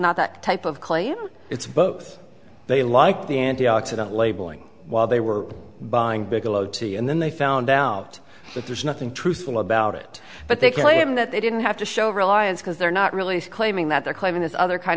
not that type of claim it's both they like the antioxidant labeling while they were buying bigelow tea and then they found out that there's nothing truthful about it but they claim that they didn't have to show reliance because they're not really claiming that they're claiming this other kind